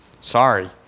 sorry